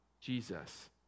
Jesus